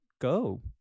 go